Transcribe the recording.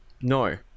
No